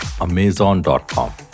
Amazon.com